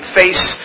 face